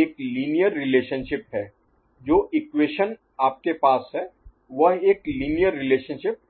एक linear relationship है जो इक्वेशन Equation समीकरण आपके पास है वह एक लीनियर रिलेशनशिप है